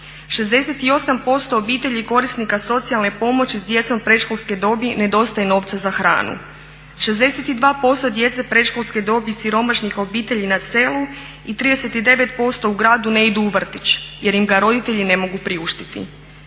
68% obitelji korisnika socijalne pomoći s djecom predškolske dobi nedostaje novca za hranu, 62% djece predškolske dobi siromašnih obitelji na selu i 39% u gradu ne idu u vrtić jer im ga roditelji ne mogu priuštiti.